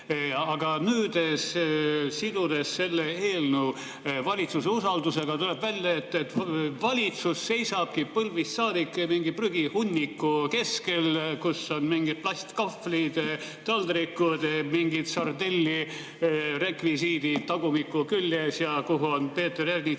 kui nüüd seotakse see eelnõu valitsuse usaldusega, siis tuleb välja, et valitsus seisab põlvist saadik mingi prügihunniku keskel, kus on mingid plastkahvlid, ‑taldrikud, mingid sardellirekvisiidid tagumiku küljes ja kuhu on Peeter Ernits